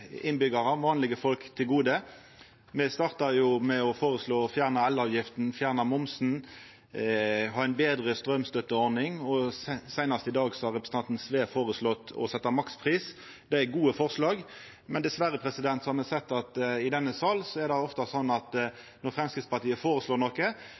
Me starta med å føreslå å fjerna elavgifta, fjerna momsen og ha ei betre straumstøtteordning, og seinast i dag har representanten Sve føreslått å setja makspris. Det er gode forslag, men diverre har me sett at det i denne salen ofte er slik at når Framstegspartiet føreslår noko,